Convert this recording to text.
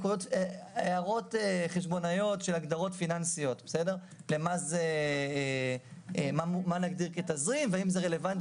הערות חשבונאיות של הגדרות פיננסיות - מה נגדיר כתזרים והאם זה רלוונטי